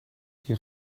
die